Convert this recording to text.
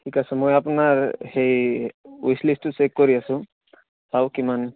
ঠিক আছে মই আপোনাৰ সেই উইচলিষ্টটো চেক কৰি আছোঁ চাওঁ কিমান